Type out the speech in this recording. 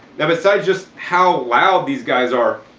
now besides just how loud these guys are,